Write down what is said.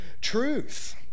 truth